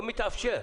לא מתאפשר.